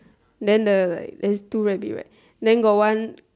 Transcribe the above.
then there are like there is two rabbit right then got one